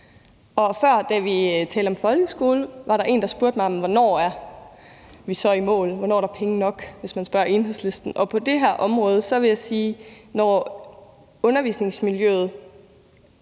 Før, da vi talte om folkeskolen, var der en, der spurgte mig, hvornår vi så er i mål, hvornår der er penge nok, hvis man spørger Enhedslisten, og på det her område vil jeg sige, at det er, når undervisningsmiljøet